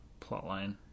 plotline